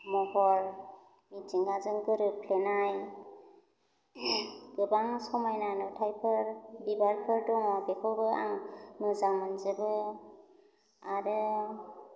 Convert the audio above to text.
महर मिथिंगाजों गोरोफ्लेनाय गोबां समाना नुथाइफोर बिबारफोर दङ बेखौबो आं मोजां मोनजोबो आरो